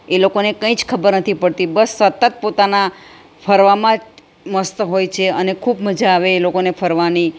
એ લોકોને કંઈ જ ખબર નથી પડતી બસ સતત પોતાના ફરવામાં જ મસ્ત હોય છે અને ખૂબ મઝા આવે એ લોકોને ફરવાની